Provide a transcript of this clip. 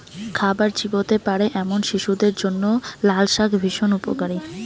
খাবার চিবোতে পারে এমন শিশুদের জন্য লালশাক ভীষণ উপকারী